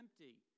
empty